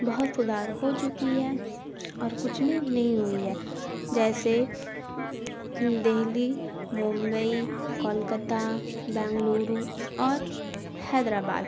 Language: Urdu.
بہت سدھار ہو چکی ہے اور کچھ میں نہیں ہوئی ہے جیسے دہلی ممبئی کولکتہ بنگلورو اور حیدرآباد